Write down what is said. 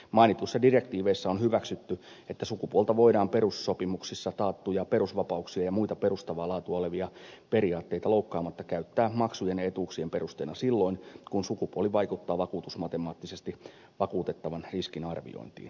mainituissa direktiiveissä on hyväksytty että sukupuolta voidaan perussopimuksissa taattuja perusvapauksia ja muita perustavaa laatua olevia periaatteita loukkaamatta käyttää maksujen ja etujen perusteena silloin kun sukupuoli vaikuttaa vakuutusmatemaattisesti vakuutettavan riskin arviointiin